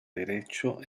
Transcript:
derecho